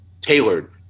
tailored